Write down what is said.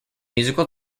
musical